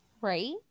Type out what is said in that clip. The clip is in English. Right